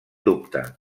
dubte